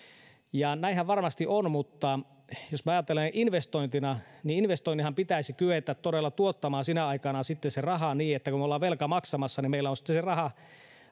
ja hyvää näinhän varmasti on mutta jos me ajattelemme investointina niin investoinninhan pitäisi kyetä todella tuottamaan sinä aikana se raha niin että kun me olemme velkaa maksamassa niin meillä on sitten se raha